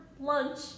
lunch